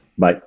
Bye